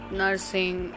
Nursing